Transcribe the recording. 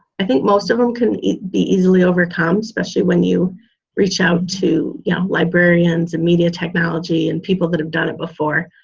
i think most of them can be easily overcome especially when you reach out to yeah librarians and media technology and people that have done it before.